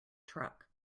truck